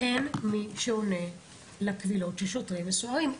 אין מי שעונה לקבילות של שוטרים וסוהרים.